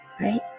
right